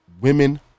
women